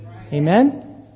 Amen